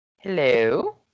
Hello